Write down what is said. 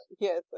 Yes